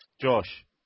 Josh